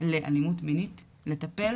לאלימות מינית, לטפל